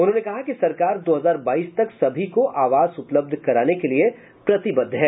उन्होंने कहा कि सरकार दो हजार बाईस तक सभी को आवास उपलब्ध कराने के लिए प्रतिबद्ध है